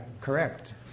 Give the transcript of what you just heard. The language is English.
correct